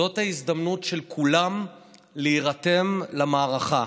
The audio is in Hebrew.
זאת ההזדמנות של כולם להירתם למערכה.